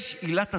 יש עילת הסבירות,